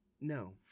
No